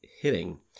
hitting